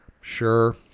Sure